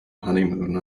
honeymoon